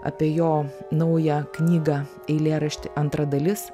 apie jo naują knygą eilėraštį antra dalis